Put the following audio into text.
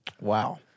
Wow